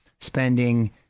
spending